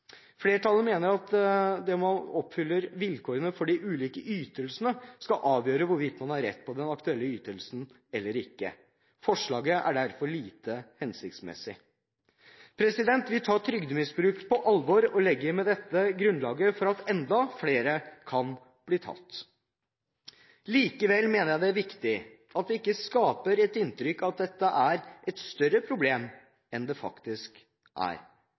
Flertallet mener at det om man fyller vilkårene for de ulike ytelsene, skal avgjøre hvorvidt man har rett på den aktuelle ytelsen eller ikke. Forslaget er derfor lite hensiktsmessig. Vi tar trygdemisbruk på alvor, og legger med dette grunnlaget for at enda flere kan bli tatt. Likevel mener jeg det er viktig at vi ikke skaper et inntrykk av at dette er et større problem enn det faktisk er.